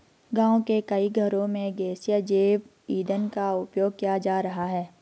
गाँव के कई घरों में गैसीय जैव ईंधन का उपयोग किया जा रहा है